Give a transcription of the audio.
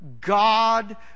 God